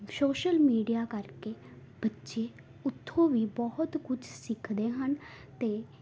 social media ਕਰਕੇ ਬੱਚੇ ਉੱਥੋਂ ਵੀ ਬਹੁਤ ਕੁਛ ਸਿੱਖਦੇ ਹਨ ਅਤੇ